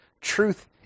Truth